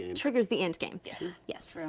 and triggers the end game, yes. yes. true.